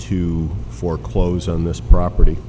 to foreclose on this property